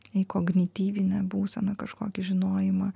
į kognityvinę būseną kažkokį žinojimą